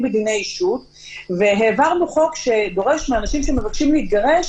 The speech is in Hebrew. בדיני אישות והעברנו חוק שדורש מאנשים שמבקשים להתגרש